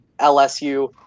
lsu